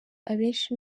abenshi